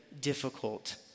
difficult